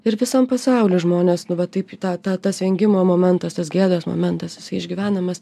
ir visam pasauly žmonės nu va taip į tą tą tas vengimo momentas tas gėdos momentas jis išgyvenamas